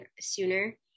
sooner